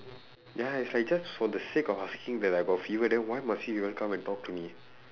ya it's like just for the sake of asking that I got fever then why must you even come to talk to me